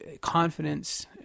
confidence